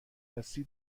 هستی